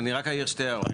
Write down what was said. אני רק אעיר שתי הערות.